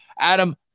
Adam